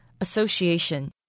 Association